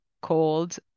called